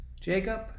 Jacob